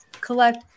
collect